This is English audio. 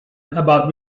about